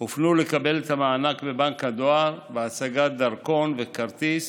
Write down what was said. הופנו לקבל את המענק בבנק הדואר בהצגת דרכון וכרטיס